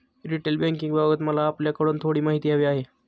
retail बँकिंगबाबत मला आपल्याकडून थोडी माहिती हवी आहे